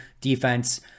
defense